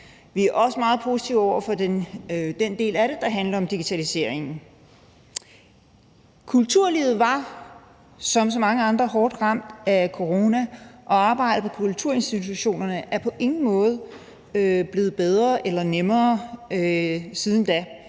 Vi er også meget positive over for den del af det, der handler om digitalisering. Kulturlivet var som så mange andre hårdt ramt af corona, og arbejdet på kulturinstitutionerne er på ingen måde blevet bedre eller nemmere siden da.